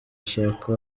ashaka